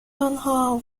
آنها